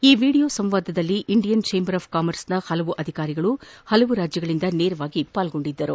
ಈ ವೀಡಿಯೊ ಸಂವಾದದಲ್ಲಿ Indian chamber of ಕಾಮರ್ಸ್ನ ಹಲವು ಅಧಿಕಾರಿಗಳು ಹಲವು ರಾಜ್ಯಗಳಿಂದ ನೇರವಾಗಿ ಪಾಲ್ಗೊಂಡರು